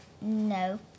No